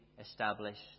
established